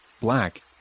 black